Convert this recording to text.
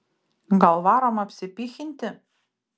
gal varom apsipychinti